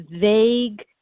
vague